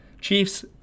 Chiefs